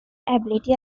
ability